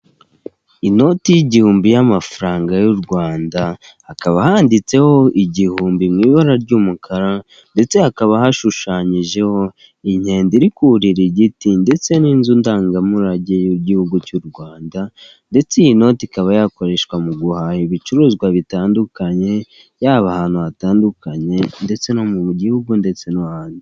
Inoti y'igihumbi y'amafaranga y'u Rwanda hakaba handitseho igihumbi mu ibara ry'umukara, ndetse hakaba hashushanyijeho inkende iri kurira igiti, ndetse n'inzu ndangamurage y'igihugu cy'u Rwanda ndetse inoti ikaba yakoreshwa mu guhaha ibicuruzwa bitandukanye, yaba ahantu hatandukanye ndetse no mu gihugu ndetse no hanze.